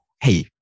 hey